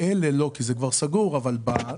הכסף הזה לא כי זה כבר סגור אבל בתקציב